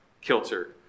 kilter